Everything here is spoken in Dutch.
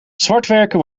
zwartwerken